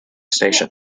station